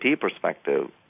perspective